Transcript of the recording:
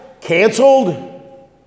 canceled